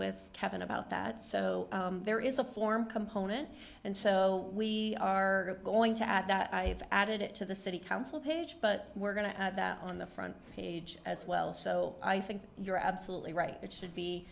with kevin about that so there is a form component and so we are going to add that i have added it to the city council but we're going to add that on the front page as well so i think you're absolutely right it should be